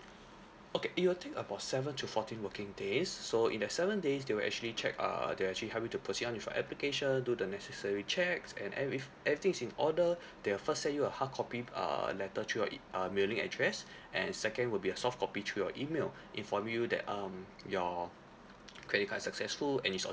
okay it will take about seven to fourteen working days so in the seven days they will actually check err they will actually help you to proceed on with your application do the necessary checks and and if everything is in order they will first send you a hard copy err letter to your e~ uh mailing address and second would be a soft copy through your email inform you that um your credit card's successful and it's on